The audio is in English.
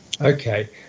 Okay